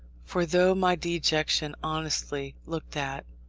for though my dejection, honestly looked at,